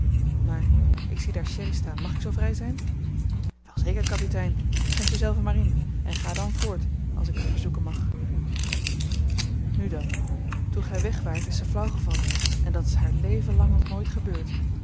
maar ik zie daar sherry staan mag ik zoo vrij zijn welzeker kapitein schenk u zelven maar in en ga dan voort als ik u verzoeken mag nu dan toen gij weg waart is zij flauw gevallen en dat is haar leven lang nog nooit gebeurd